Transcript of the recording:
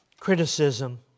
Criticism